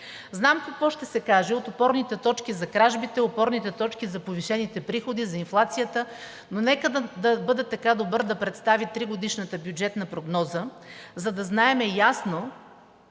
Знам какво ще се каже: от опорните точки за кражбите, опорните точки за повишените приходи, за инфлацията, но нека да бъде така добър да представи тригодишната бюджетна прогноза, за да знаем ясно